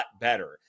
better